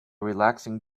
relaxing